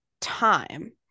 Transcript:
time